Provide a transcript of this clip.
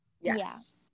Yes